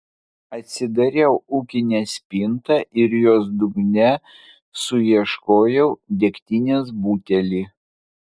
atsidariau ūkinę spintą ir jos dugne suieškojau degtinės butelį